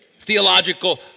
theological